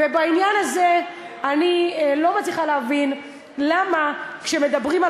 ובעניין הזה אני לא מצליחה להבין למה כשמדברים על